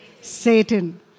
Satan